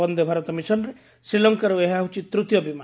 ବନ୍ଦେ ଭାରତ ମିଶନରେ ଶ୍ରୀଲଙ୍କାର୍ତ ଏହା ହେଉଛି ତୂତୀୟ ବିମାନ